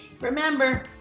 Remember